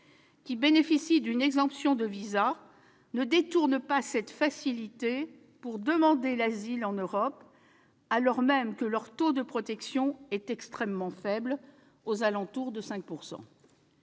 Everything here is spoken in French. qui bénéficient d'une exemption de visa ne détournent pas cette facilité pour demander l'asile en Europe, alors même que leur taux de protection est extrêmement faible, aux alentours de 5 %.